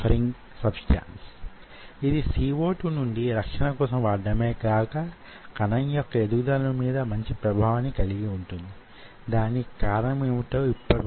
micro fabrication lithography micro channel technology మొదలైన పద్ధతులు వీటిలో కొన్ని